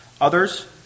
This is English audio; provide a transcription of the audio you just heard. Others